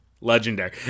legendary